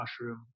mushroom